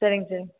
சரிங்க சரிங்க